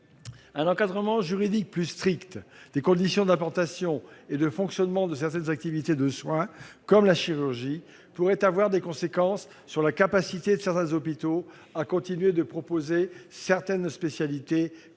Un encadrement juridique plus strict des conditions d'implantation et de fonctionnement de certaines activités de soins comme la chirurgie pourrait avoir des conséquences sur la capacité de certains hôpitaux à continuer de proposer certaines spécialités, compte